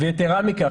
יתרה מכך,